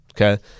okay